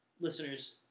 Listeners